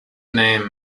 name